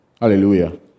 Hallelujah